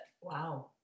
Wow